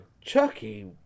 Chucky